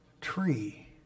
tree